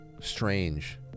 Strange